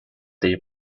their